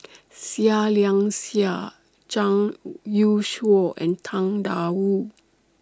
Seah Liang Seah Zhang Youshuo and Tang DA Wu